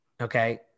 okay